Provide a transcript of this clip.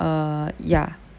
uh ya